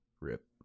RIP